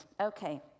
Okay